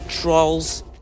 Trolls